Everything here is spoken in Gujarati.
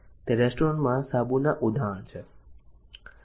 તે રેસ્ટોરન્ટમાં સાબુ ના ઉદાહરણ છે